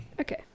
Okay